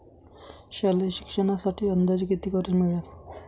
शालेय शिक्षणासाठी अंदाजे किती कर्ज मिळेल?